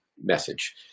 message